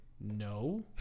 no